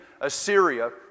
Assyria